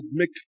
make